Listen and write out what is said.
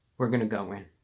we're gonna go in